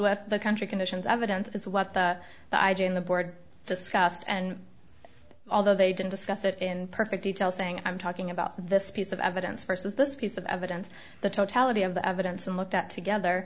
with the country conditions evidence that's what the i g in the board discussed and although they didn't discuss it in perfect detail saying i'm talking about this piece of evidence versus this piece of evidence the totality of the evidence and looked at together